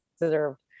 deserved